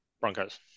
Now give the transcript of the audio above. Broncos